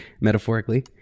metaphorically